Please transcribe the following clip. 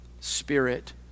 Spirit